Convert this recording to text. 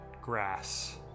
grass